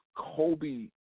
Kobe